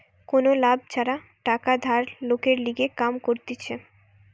কোনো লাভ ছাড়া টাকা ধার লোকের লিগে কাম করতিছে